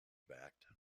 backed